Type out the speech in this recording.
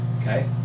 Okay